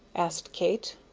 asked kate.